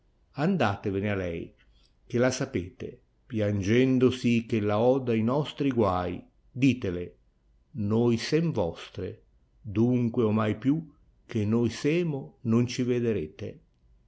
andatettoe a lei che la sapetq piangendo sì ch ella oda i nostri guai ditele noi sem vostre dunque ornai più che ni semo non ci vederete